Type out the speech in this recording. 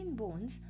bones